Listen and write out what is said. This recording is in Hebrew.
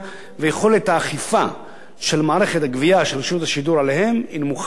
ויכולת האכיפה של מערכת הגבייה של רשות השידור עליהם היא נמוכה ביותר.